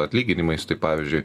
atlyginimais tai pavyzdžiui